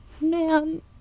Man